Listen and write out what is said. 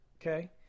okay